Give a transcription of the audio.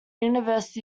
university